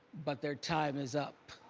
but their time is up.